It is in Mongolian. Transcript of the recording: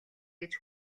гэж